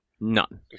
None